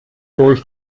durch